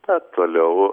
tad toliau